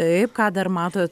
taip ką dar matot